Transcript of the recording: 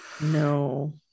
no